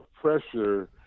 pressure –